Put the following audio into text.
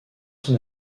son